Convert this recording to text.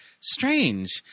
strange